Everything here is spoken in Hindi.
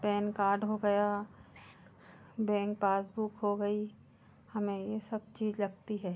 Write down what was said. पैन कार्ड हो गया बैंक पासबुक हो गई हमें ये सब चीज लगती है